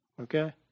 Okay